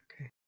Okay